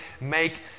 make